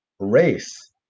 race